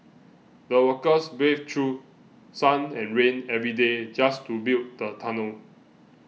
the workers braved through sun and rain every day just to build the tunnel